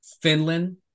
Finland